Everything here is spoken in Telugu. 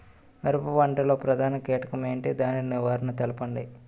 మిరప పంట లో ప్రధాన కీటకం ఏంటి? దాని నివారణ తెలపండి?